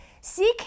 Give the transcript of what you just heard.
seek